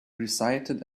recited